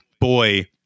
boy